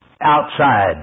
outside